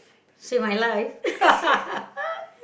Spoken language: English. save my life